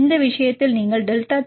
இந்த விஷயத்தில் நீங்கள் டெல்டா டி